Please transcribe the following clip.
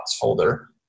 folder